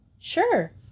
Sure